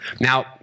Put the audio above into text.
Now